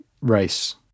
race